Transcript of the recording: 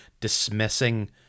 dismissing